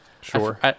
Sure